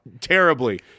terribly